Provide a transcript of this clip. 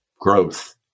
growth